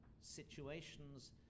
situations